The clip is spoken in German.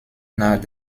nach